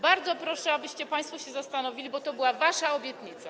Bardzo proszę, abyście państwo się nad tym zastanowili, bo to była wasza obietnica.